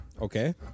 okay